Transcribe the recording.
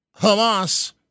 Hamas